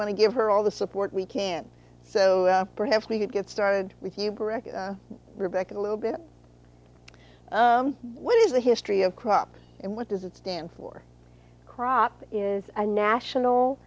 want to give her all the support we can so perhaps we could get started with you brick rebecca a little bit what is the history of crops and what does it stand for crop is a national